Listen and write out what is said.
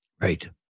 Right